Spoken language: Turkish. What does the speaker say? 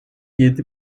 yedi